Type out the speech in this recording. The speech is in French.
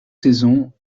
saisons